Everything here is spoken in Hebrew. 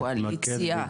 קואליציה,